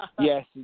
Yes